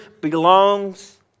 belongs